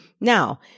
Now